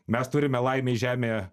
mes turime laimei žemėje